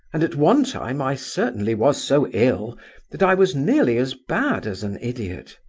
and at one time i certainly was so ill that i was nearly as bad as an idiot